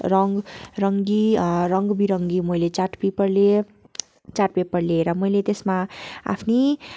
रङ रङ्गी रङ्गीविरङ्गी मैले चार्ट पेपर लिएँ चार्ट पेपर लिएर मैले त्यसमा आफ्नै